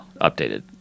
updated